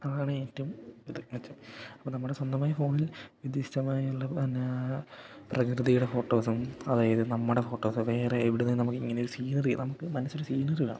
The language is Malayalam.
അതാണ് ഏറ്റവും ഇത് മെച്ചം അപ്പം നമ്മുടെ സ്വന്തമായി ഫോണിൽ വ്യത്യസ്തമായുള്ള പിന്നെ പ്രകൃതിയുടെ ഫോട്ടോസും അതായത് നമ്മുടെ ഫോട്ടോസ് വേറെ എവിടുന്ന് നമുക്കിങ്ങനെ ഒരു സീനറി നമുക്ക് മനസ്സിൽ സീനറി വേണം